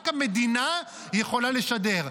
רק המדינה יכולה לשדר,